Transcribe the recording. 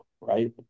right